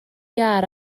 iâr